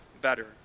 better